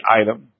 item